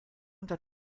unter